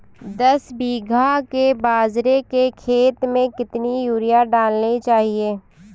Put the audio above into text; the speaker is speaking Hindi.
दस बीघा के बाजरे के खेत में कितनी यूरिया डालनी चाहिए?